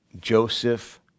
Joseph